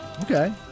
Okay